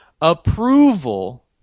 Approval